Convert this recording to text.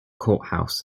courthouse